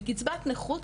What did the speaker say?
בקצבת נכות,